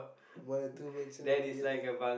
one or two mentionate together